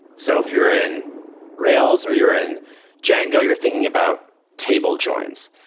so if you're in rails or you're in django, you're thinking about table joins.